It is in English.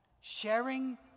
Sharing